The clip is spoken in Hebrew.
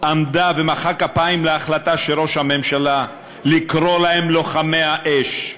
עמדה ומחאה כפיים להחלטה של ראש הממשלה לקרוא להם "לוחמי האש".